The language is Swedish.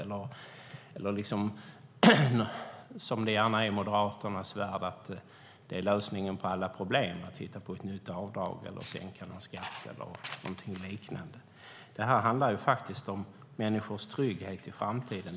Och det är inte, som det gärna är i Moderaternas värld, lösningen på alla problem att hitta på ett nytt avdrag eller sänka någon skatt eller någonting liknande. Det här handlar faktiskt om människors trygghet i framtiden.